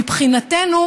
מבחינתנו,